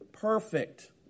Perfect